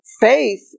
faith